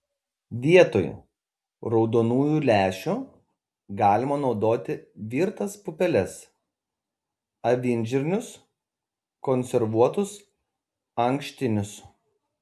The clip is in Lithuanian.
vietoj raudonųjų lęšių galima naudoti virtas pupeles avinžirnius konservuotus ankštinius